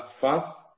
fast